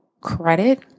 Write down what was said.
credit